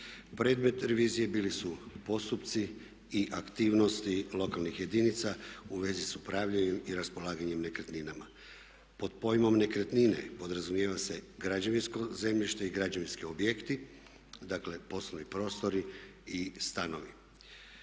Predmet revizije bili su postupci i aktivnosti lokalnih jedinica u vezi s upravljanjem i raspolaganjem nekretninama. Pod pojmom nekretnine podrazumijeva se građevinsko zemljište i građevinski objekti, dakle poslovni prostori i stanovi.